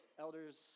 elders